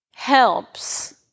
Helps